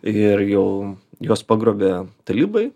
ir jau juos pagrobė talibai